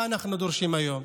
מה אנחנו דורשים היום?